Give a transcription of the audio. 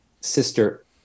sister